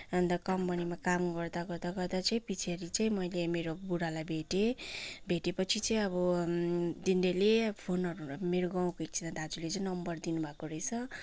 अन्त कम्पनीमा काम गर्दा गर्दा गर्दा चाहिँ पछि पछि मैले मेरो बुढालाई भेटेँ भेटेपछि चाहिँ अब तिनीहरूले फोनहरूले मेरो गाउँको एकजना दाजुले चाहिँ नम्बर दिनुभएको रहेछ